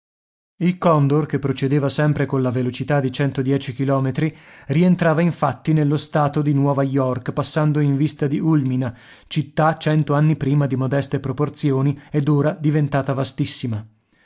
il condor che procedeva sempre colla velocità di centodieci chilometri rientrava infatti nello stato di nuova york passando in vista di ulmina città cento anni prima di modeste proporzioni ed ora diventata vastissima